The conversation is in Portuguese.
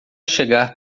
chegar